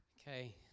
Okay